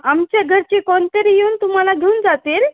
आमच्या घरची कोणतरी येऊन तुम्हाला घेऊन जातील